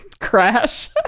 Crash